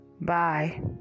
Bye